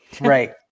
Right